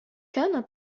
كان